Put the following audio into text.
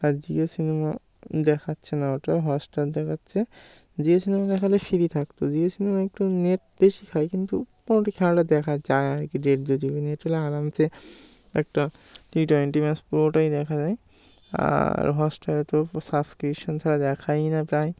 আর Jio cinema দেখাচ্ছে না ওটা হটস্টার দেখাচ্ছে জিও সিনেমা দেখালে ফ্রি থাকতো জিও সিনেমা একটু নেট বেশি খায় কিন্তু মোটামুটি খেলাটা দেখা যায় আর কি দেড় দু জিবি নেট হলে আরামসে একটা টি টোয়েন্টি ম্যাচ পুরোটাই দেখা যায় আর হটস্টারে তো সাবস্ক্রিপশন ছাড়া দেখায়ই না প্রায়